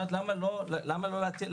שאלת למה לא לבקש מהם בכל זאת לבטח אותם,